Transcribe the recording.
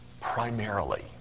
primarily